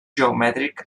geomètric